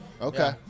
Okay